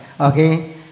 okay